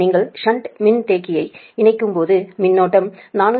நீங்கள் ஷன்ட் மின்தேக்கியை இணைக்கும்போது மின்னோட்டம் 477